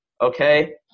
okay